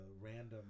random